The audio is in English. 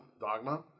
Dogma